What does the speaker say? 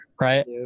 right